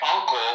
uncle